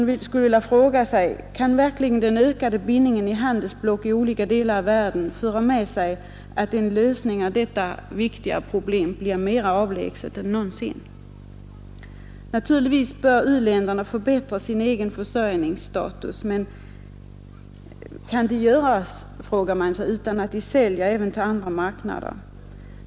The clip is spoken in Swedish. Skall verkligen den ökade bindningen i handelsblock i olika delar av världen föra med sig att en lösning av detta viktiga problem blir mera avlägsen än någonsin? Naturligtvis bör u-länderna förbättra sin egen försörjningsstatus, men man frågar sig om det kan göras utan att de även säljer till andra marknader.